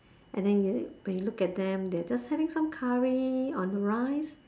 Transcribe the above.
and then you when you look at them they're just having some curry on the rice